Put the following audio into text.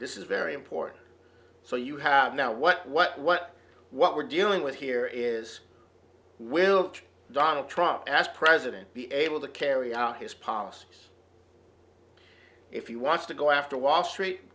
this is very important so you have now what what what what we're dealing with here is will donald trump as president be able to carry out his policies if you want to go after wall street